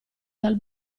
dal